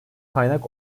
kaynak